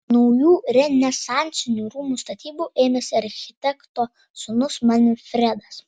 naujų renesansinių rūmų statybų ėmėsi architekto sūnus manfredas